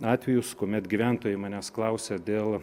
atvejus kuomet gyventojai manęs klausė dėl